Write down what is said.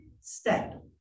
step